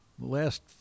last